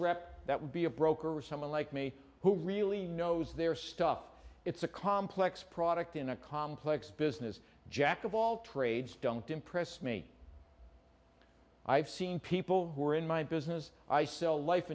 rep that would be a broker or someone like me who really knows their stuff it's a complex product in a complex business jack of all trades don't impress me i've seen people who are in my business i sell life